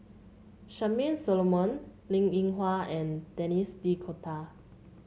Charmaine Solomon Linn In Hua and Denis D'Cotta